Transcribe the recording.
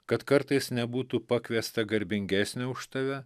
kad kartais nebūtų pakviesta garbingesnio už tave